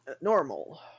Normal